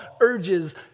urges